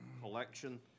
collection